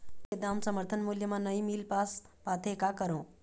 दूध के दाम समर्थन मूल्य म नई मील पास पाथे, का करों?